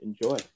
enjoy